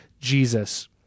Jesus